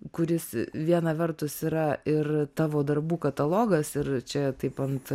kuris viena vertus yra ir tavo darbų katalogas ir čia taip ant